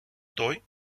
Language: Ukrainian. той